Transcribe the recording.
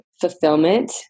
fulfillment